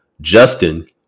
Justin